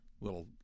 little